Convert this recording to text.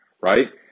right